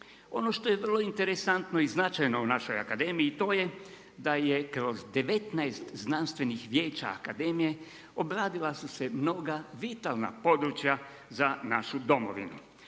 Ono što je vrlo interesantno i značajno u našoj akademiji i to je da je kroz 19 znanstvenih vijeća akademije obradila su se mnoga vitalna područja za našu domovinu.